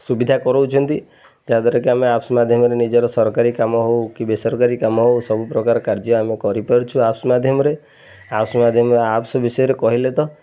ସୁବିଧା କରାଉଛନ୍ତି ଯାହାଦ୍ୱାରା କି ଆମେ ଆପ୍ସ୍ ମାଧ୍ୟମରେ ନିଜର ସରକାରୀ କାମ ହେଉ କି ବେସରକାରୀ କାମ ହେଉ ସବୁ ପ୍ରକାର କାର୍ଯ୍ୟ ଆମେ କରିପାରୁଛୁ ଆପ୍ସ୍ ମାଧ୍ୟମରେ ଆପ୍ସ୍ ମାଧ୍ୟମରେ ଆପ୍ସ୍ ବିଷୟରେ କହିଲେ ତ